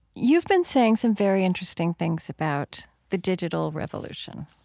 you've been saying some very interesting things about the digital revolution.